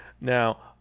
Now